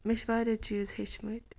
مےٚ چھِ واریاہ چیٖز ہیٚچھمٕتۍ